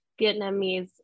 Vietnamese